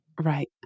Right